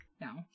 No